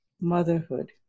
Motherhood